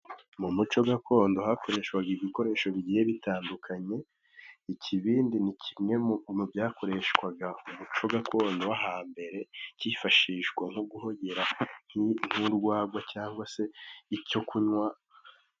Mu muco gakondo hakoreshwaga ibikoresho bigiye bitandukanye. Ikibindi ni kimwe mu byakoreshwaga mu muco gakondo wo hambere, hifashishwa nko guhogera nk'urwagwa cyangwa se icyo kunywa.